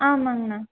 ஆமாம்ங்கண்ணா